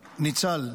ניצל.